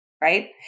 right